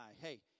hey